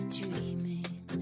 dreaming